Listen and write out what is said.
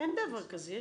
אין דבר כזה.